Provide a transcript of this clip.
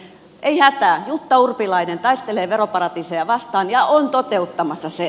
ei hätää jutta urpilainen taistelee veroparatiiseja vastaan ja on toteuttamassa sen